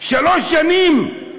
שלוש שנים.